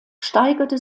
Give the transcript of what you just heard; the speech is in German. steigerte